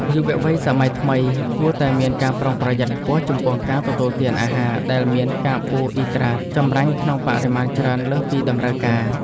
យុវវ័យសម័យថ្មីគួរតែមានការប្រុងប្រយ័ត្នខ្ពស់ចំពោះការទទួលទានអាហារដែលមានកាបូអ៊ីដ្រាតចម្រាញ់ក្នុងបរិមាណច្រើនលើសពីតម្រូវការ។